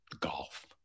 golf